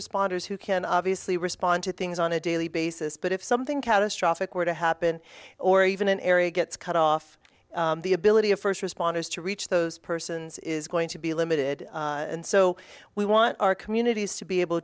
responders who can obviously respond to things on a daily basis but if something catastrophic were to happen or even an area gets cut off the ability of first responders to reach those persons is going to be limited and so we want our communities to be able